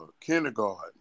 kindergarten